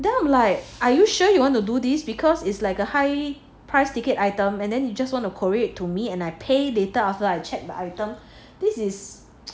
then I'm like are you sure you want to do this because it's like a high price ticket item and then you just want to courier to me then I pay later after I check the item